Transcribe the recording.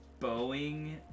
Boeing